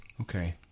okay